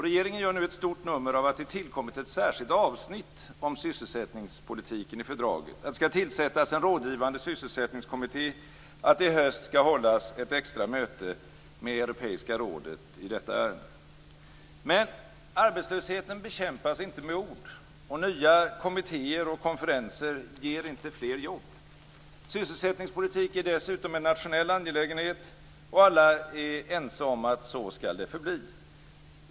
Regeringen gör ett stort nummer av att det tillkommit ett särskilt avsnitt om sysselsättningspolitiken i fördraget, att det skall tillsättas en rådgivande sysselsättningskommitté och att det i höst skall hållas ett extra möte med Europeiska rådet i detta ärende. Men arbetslösheten bekämpas inte med ord, och nya kommittéer och konferenser ger inte fler jobb. Sysselsättningspolitik är dessutom en nationell angelägenhet, och alla är ense om att det så skall förbli.